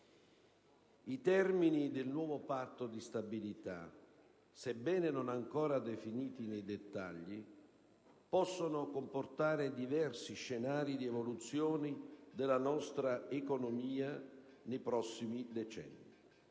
I termini del nuovo Patto di stabilità, sebbene non ancora definiti nei dettagli, possono comportare diversi scenari di evoluzione della nostra economia nei prossimi decenni,